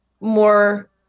more